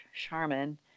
Charmin